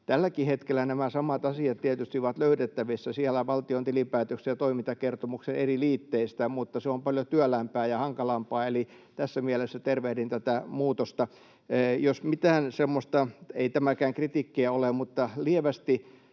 Tälläkin hetkellä nämä samat asiat tietysti ovat löydettävissä sieltä valtion tilinpäätöksen ja toimintakertomuksen eri liitteistä, mutta se on paljon työläämpää ja hankalampaa, eli tässä mielessä tervehdin tätä muutosta. Jos mitään semmoista... — ei tämäkään kritiikkiä ole, mutta lievästi